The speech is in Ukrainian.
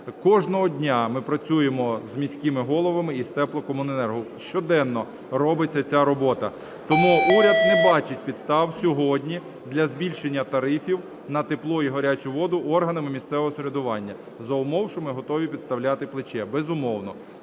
Кожного дня ми працюємо з міськими головами і з теплокомуненерго, щоденно робиться ця робота. Тому уряд не бачить підстав сьогодні для збільшення тарифів на тепло і гарячу воду органами місцевого самоврядування, за умов, що ми готові підставляти плече, безумовно,